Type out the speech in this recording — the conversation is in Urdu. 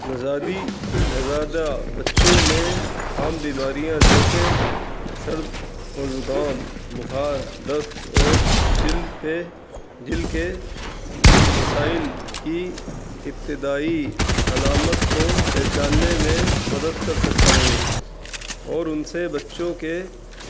نزادی نزادہ بچوں میں عام بیماریاں جیسے سرد و زکام بخار دست اور جل پہ جل کے مسائل کی ابتدائی علامت کو پہچاننے میں مدد کر سکتا ہوں اور ان سے بچوں کے